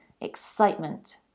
excitement